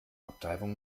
abtreibung